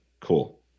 Cool